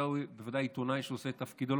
בוודאי ובוודאי עיתונאי שעושה את תפקידו,